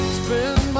spend